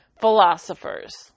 philosophers